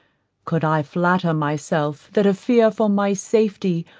could i flatter myself that a fear for my safety,